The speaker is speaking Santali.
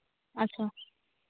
ᱟᱪᱪᱷᱟ